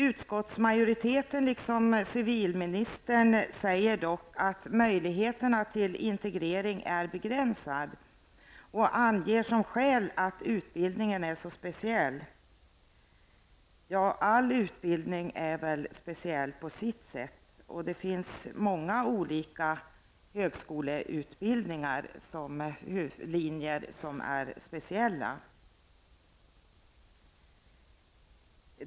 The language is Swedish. Utskottsmajoriteten liksom civilministern säger dock att möjligheterna till integrering är begränsade och anger som skäl att utbildningen är så speciell. All utbildning är väl speciell på sitt sätt, och det finns många högskolelinjer som är speciella.